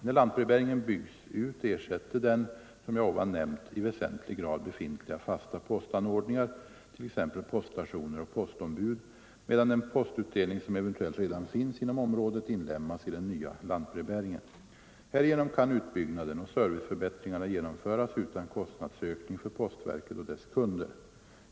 När lantbrevbäringen byggs ut ersätter den, som jag nyss nämnt, i väsentlig grad befintliga fasta postanordningar — t.ex. poststationer och postombud —- medan den postutdelning som eventuellt redan finns inom området inlemmas i den nya lantbrevbäringen. Härigenom kan utbyggnaden och serviceförbättringarna genomföras utan kostnadsökning för postverket och dess kunder.